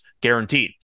guaranteed